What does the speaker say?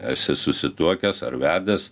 esi susituokęs ar vedęs